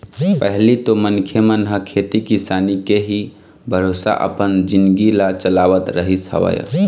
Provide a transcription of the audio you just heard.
पहिली तो मनखे मन ह खेती किसानी के ही भरोसा अपन जिनगी ल चलावत रहिस हवय